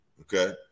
Okay